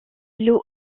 lots